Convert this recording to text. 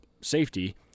safety